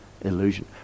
illusion